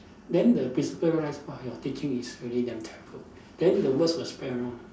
then the principal realise !wah! your teaching is really damn terrible then the words will spread around